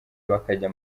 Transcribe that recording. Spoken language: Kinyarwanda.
bakajya